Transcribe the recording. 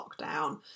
lockdown